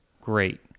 great